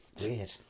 Weird